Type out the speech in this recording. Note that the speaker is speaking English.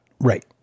Right